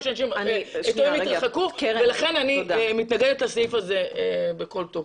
שיותר אנשים יתרחקו ולכן אני מתנגדת לסעיף הזה בכל תוקף.